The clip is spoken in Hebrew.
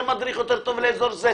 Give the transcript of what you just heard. זה מדריך יותר טוב לאזור אחר,